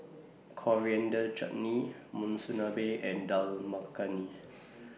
Coriander Chutney Monsunabe and Dal Makhani